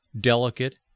delicate